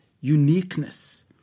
uniqueness